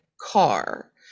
car